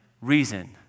Reason